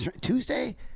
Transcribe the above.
Tuesday